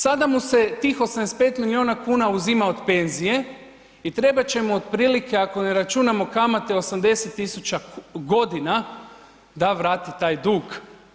Sada mu se tih 85 milijuna kuna uzima od penzije i trebat će mu otprilike ako ne računamo kamate 80 tisuća godina da vrati taj dug.